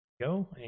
Go